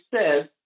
says